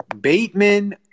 Bateman